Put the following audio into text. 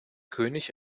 könig